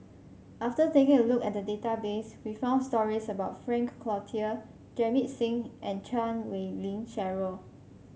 after taking a look at the database we found stories about Frank Cloutier Jamit Singh and Chan Wei Ling Cheryl